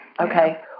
Okay